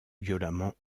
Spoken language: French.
violemment